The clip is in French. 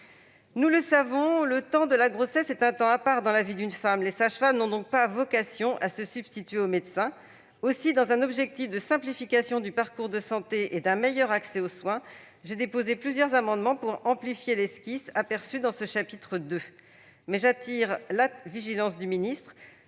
Nous le savons, le temps de la grossesse est un temps à part dans la vie d'une femme. Les sages-femmes n'ont donc pas vocation à se substituer aux médecins. Aussi, dans un objectif de simplification du parcours de santé et d'un meilleur accès aux soins, j'ai déposé plusieurs amendements pour amplifier ce qui restait à l'état d'esquisse dans ce chapitre II. J'appelle cependant le ministre